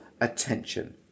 attention